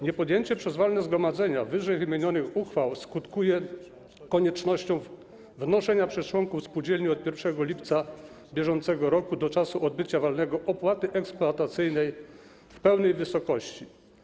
Niepodjęcie przez walne zgromadzenia wyżej wymienionych uchwał skutkuje koniecznością wnoszenia przez członków spółdzielni od 1 lipca bieżącego roku do czasu odbycia walnego zgromadzenia opłaty eksploatacyjnej w pełnej wysokości.